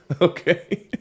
Okay